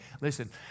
Listen